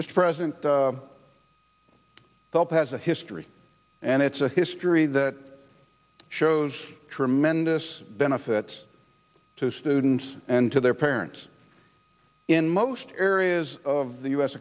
mr president help has a astri and it's a history that shows tremendous benefits to students and to their parents in most areas of the u